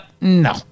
No